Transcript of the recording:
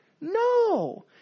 No